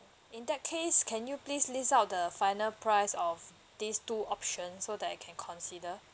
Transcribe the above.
in that case can you please list out the final price of these two options so that I can consider